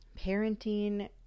parenting